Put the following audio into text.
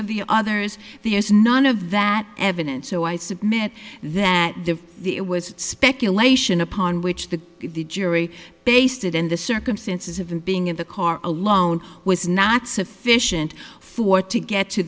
of the others there's none of that evidence so i submit that the the it was speculation upon which the the jury based it in the circumstances of him being in the car alone was not sufficient for to